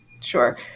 Sure